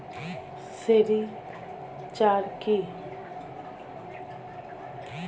Sericulture কি?